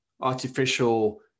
artificial